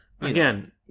Again